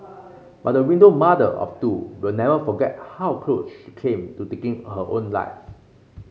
but the widowed mother of two will never forget how close she came to taking her own life